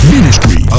Ministry